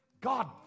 god